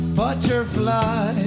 butterfly